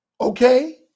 Okay